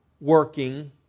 working